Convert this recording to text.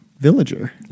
Villager